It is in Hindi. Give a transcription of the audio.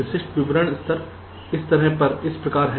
विशिष्ट विवरण स्तर इस प्रकार हैं